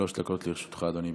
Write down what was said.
שלוש דקות לרשותך, אדוני.